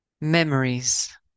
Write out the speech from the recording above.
Memories